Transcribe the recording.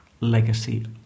legacy